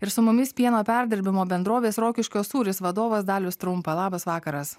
ir su mumis pieno perdirbimo bendrovės rokiškio sūris vadovas dalius trumpa labas vakaras